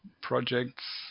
projects